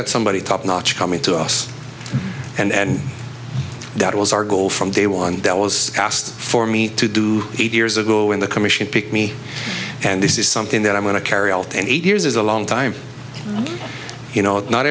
had somebody top notch coming to us and that was our goal from day one that was asked for me to do eight years ago when the commission picked me and this is something that i'm going to carry out and eight years is a long time you know not